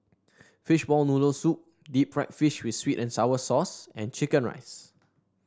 Fishball Noodle Soup Deep Fried Fish with sweet and sour sauce and chicken rice